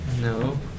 No